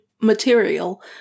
material